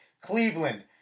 Cleveland